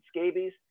scabies